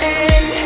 end